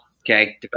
Okay